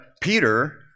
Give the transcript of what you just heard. Peter